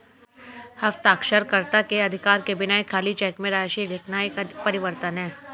हस्ताक्षरकर्ता के अधिकार के बिना एक खाली चेक में राशि लिखना एक परिवर्तन है